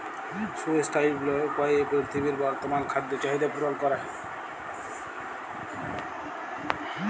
sustainable উপায়ে পীরথিবীর বর্তমাল খাদ্য চাহিদ্যা পূরল ক্যরে